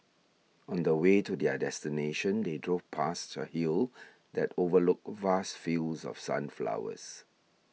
on the way to their destination they drove past a hill that overlooked vast fields of sunflowers